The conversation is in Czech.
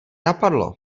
napadlo